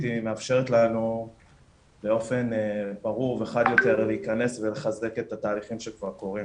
היא מאפשר לנו באופן ברור וחד יותר להיכנס ולחזק את התאריכים שכבר קורים,